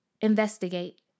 investigate